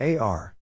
AR